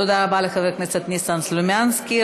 תודה רבה לחבר הכנסת ניסן סלומינסקי.